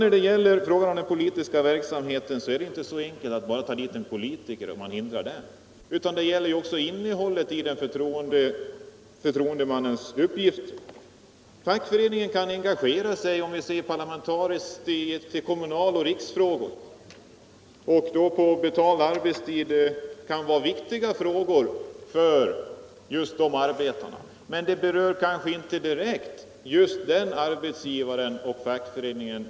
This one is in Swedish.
Vad gäller den politiska verksamheten är det inte bara fråga om att arbetsgivaren kan förbjuda förtroendeman att inbjuda exempelvis en po = Nr 93 litiker, utan det är också fråga om innehållet i förtroendemannens upp Onsdagen den gifter. Fackföreningen kan engagera sig i kommunaloch riksfrågor på 28 maj 1975 betald arbetstid. Det kan vara viktiga frågor för arbetarna, men de berör kanske inte direkt den aktuelle arbetsgivaren och fackföreningen.